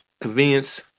convenience